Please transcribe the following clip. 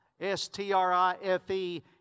S-T-R-I-F-E